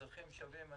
אזרחים שווים.